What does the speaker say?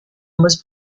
was